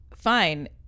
fine –